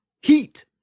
Heat